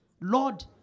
Lord